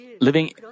Living